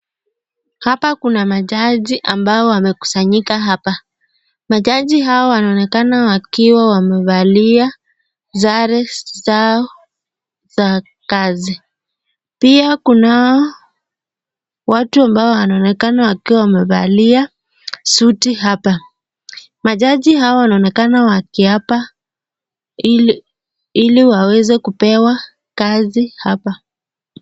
Hapa kuna majaji ambao wamekusanyika hapa. majaji hawa wanaonekana wakiwa wamevalia sare zao za kazi. pia kua watu ambao wanaonekana wakiwa wamevalia sutu hapa. majaji hawa wanaonekana wakiapa ili waweze kupewa kazi hapa